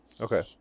Okay